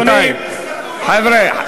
חבר'ה,